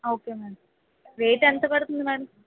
okay madam rate ఎంత పడుతుంది madam